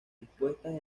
dispuestas